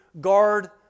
guard